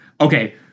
Okay